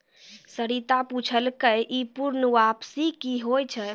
सरिता पुछलकै ई पूर्ण वापसी कि होय छै?